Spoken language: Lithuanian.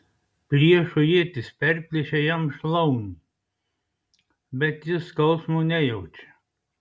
priešo ietis perplėšia jam šlaunį bet jis skausmo nejaučia